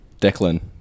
Declan